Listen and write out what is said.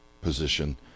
position